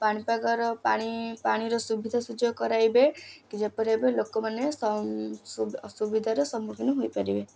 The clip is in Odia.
ପାଣିପାଗର ପାଣି ପାଣିର ସୁବିଧାସୁଯୋଗ କରାଇବେ କି ଯେପରି ଏବେ ଲୋକମାନେ ଅସୁବିଧାର ସମ୍ମୁଖୀନ ହୋଇ ପାରିବେ